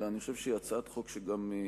אלא אני חושב שהיא גם הצעת חוק שיש